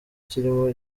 kirimo